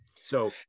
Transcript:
So-